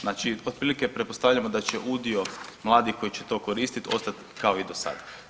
Znači otprilike pretpostavljamo da će udio mladih koji će to koristit ostat kao i do sada.